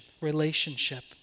relationship